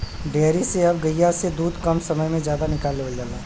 dairy से अब गइया से दूध कम समय में जादा निकाल लेवल जाला